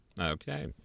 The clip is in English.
Okay